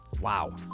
wow